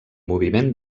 moviment